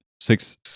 six